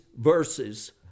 verses